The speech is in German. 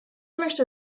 möchte